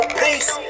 peace